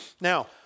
Now